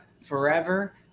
forever